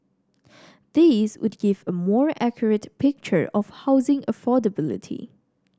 these would give a more accurate picture of housing affordability